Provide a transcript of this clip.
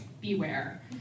beware